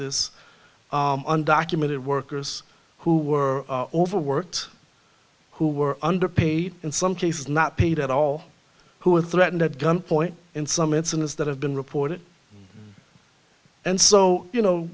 this undocumented workers who were overworked who were underpaid in some cases not paid at all busy who were threatened at gunpoint in some incidents that have been reported and so you know